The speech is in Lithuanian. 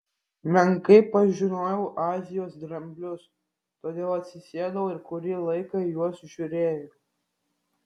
menkai pažinojau azijos dramblius todėl atsisėdau ir kurį laiką į juos žiūrėjau